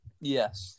yes